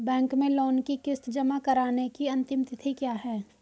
Bank में loan की किश्त जमा कराने की अंतिम तिथि क्या है?